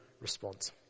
response